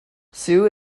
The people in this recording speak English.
sue